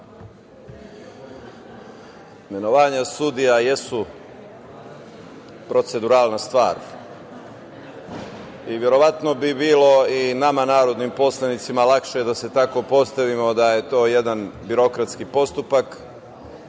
imenovanje sudija jeste proceduralna stvar i verovatno bi bilo i nama narodnim poslanicima lakše da se tako postavimo da je to jedan birokratski postupak